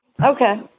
Okay